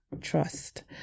Trust